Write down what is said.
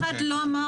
אף אחד לא אמר.